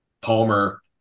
Palmer